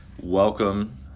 welcome